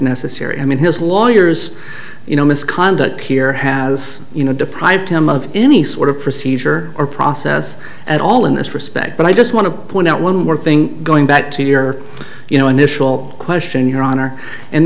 necessary i mean his lawyers you know misconduct here has you know deprived him of any sort of procedure or process at all in this respect but i just want to point out one more thing going back to your you know initial question your honor and